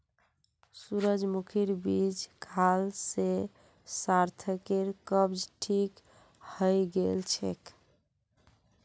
सूरजमुखीर बीज खाल से सार्थकेर कब्ज ठीक हइ गेल छेक